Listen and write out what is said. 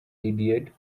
idiot